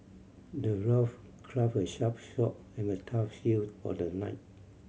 the dwarf crafted a sharp sword and a tough shield for the knight